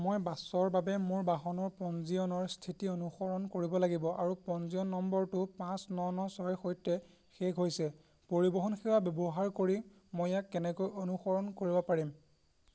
মই বাছৰ বাবে মোৰ বাহনৰ পঞ্জীয়নৰ স্থিতি অনুসৰণ কৰিব লাগিব আৰু পঞ্জীয়ন নম্বৰটো পাঁচ ন ন ছয়ৰ সৈতে শেষ হৈছে পৰিবহণ সেৱা ব্যৱহাৰ কৰি মই ইয়াক কেনেকৈ অনুসৰণ কৰিব পাৰিম